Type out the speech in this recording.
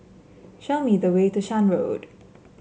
show me the way to Shan Road